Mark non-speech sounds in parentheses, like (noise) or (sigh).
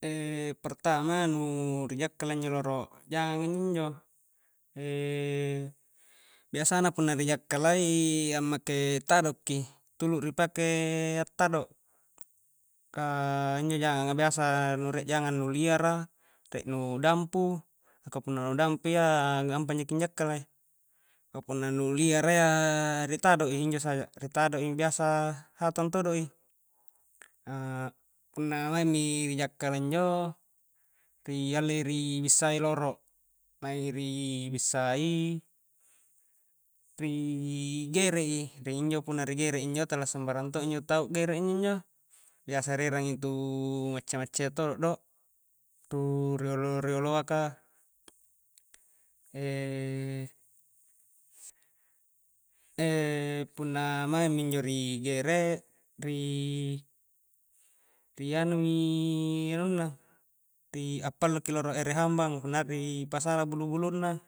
E pertama, nuu ri jakkala inji rolo jangang a injo-njo (hesitation) biasana punna ri jakkalai ammake tado'ki, tulu ri pake a'tado, kaa injo jangang a biasa nu rie jangang nu liara, rie nu dampu, mingka punna nu dampu iya nu gampang jaki anjakkala i, mingka punna nu liyara iyaaa ri tado' i injo saja ri tado i biasa hatang todo' i (hesitation) punna maing mi ri jakkala injo ri alle rii bissai loro' maingi rii bissai rii gerek i, ri injo punna ri gerek injo tala sambarang todo tau a'gerek injo-njo biasa ri erangi ri tu macca-macca iya todo do tu riolo-rioloa ka (hesitation) (hesitation) punna maing minjo ri gerek rii-ri anu mi anunna ri a'pallu ki rolo ere hambang punna ara ripasala bulu-bulunna